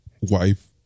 wife